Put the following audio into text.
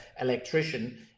electrician